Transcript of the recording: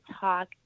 talk